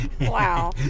Wow